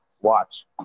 watch